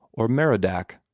or merodach.